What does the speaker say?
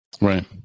Right